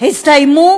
הסתיימו